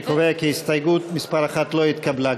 אני קובע כי הסתייגות מס' 1 לא התקבלה.